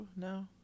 now